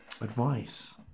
Advice